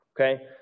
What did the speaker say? Okay